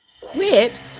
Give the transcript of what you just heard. quit